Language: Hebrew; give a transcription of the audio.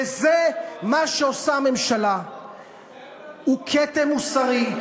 ומה שעושה הממשלה הוא כתם מוסרי,